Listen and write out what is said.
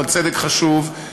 אבל צדק חשוב.